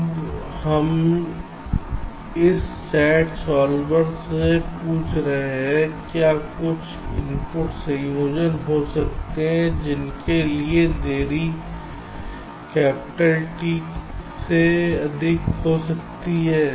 अब हम इस सैट सॉल्वर से पूछ रहे हैं क्या कुछ इनपुट संयोजन हो सकते हैं जिसके लिए देरी पूंजी टी से अधिक हो सकती है